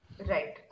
Right